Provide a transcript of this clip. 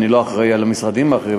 אבל אני לא אחראי למשרדים האחרים.